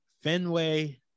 Fenway